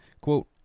quote